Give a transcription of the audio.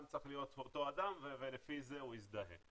צריך להיות אותו אדם ולפי זה הוא יזדהה.